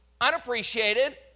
unappreciated